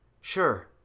Sure